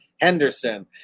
Henderson